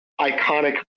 iconic